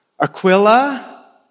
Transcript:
Aquila